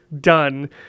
done